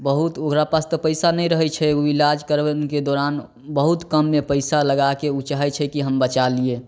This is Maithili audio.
बहुत ओकरा पास तऽ पैसा नहि रहै छै ओ इलाज करबैके दौरान बहुत कम्मे पैसा लगाके ओ चाहै छै कि हम बचा लिए